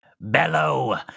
bellow